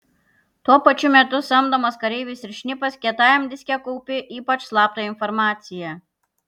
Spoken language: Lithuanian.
tuo pačiu metu samdomas kareivis ir šnipas kietajam diske kaupi ypač slaptą informaciją